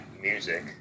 music